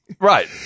Right